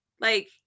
Like-